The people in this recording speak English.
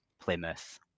Plymouth